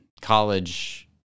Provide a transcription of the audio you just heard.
college